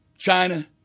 China